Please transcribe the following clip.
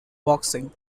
boxing